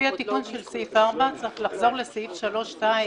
לפי התיקון של סעיף 4 צריך לחזור לסעיף 3(2),